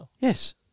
Yes